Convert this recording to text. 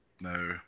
No